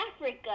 Africa